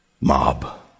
mob